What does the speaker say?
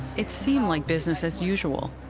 it seemed like business as usual.